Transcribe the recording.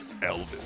Elvis